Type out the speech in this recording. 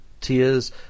Tears